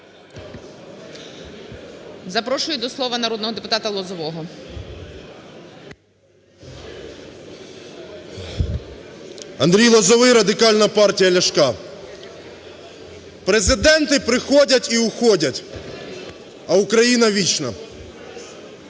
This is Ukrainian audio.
Президенти приходять і уходять, а Україна вічна.